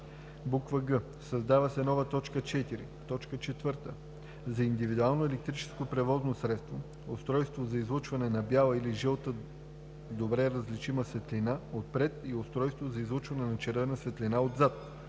г) създава се нова т. 4: „4. за индивидуалното електрическо превозно средство –устройство за излъчване на бяла или жълта добре различима светлина отпред и устройство за излъчване на червена светлина отзад;“